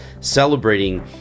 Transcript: celebrating